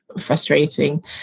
frustrating